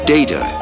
Data